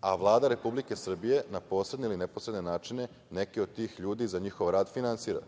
a Vlada Republike Srbije na posredne ili neposredne načine neke od tih ljudi za njihov rad finansira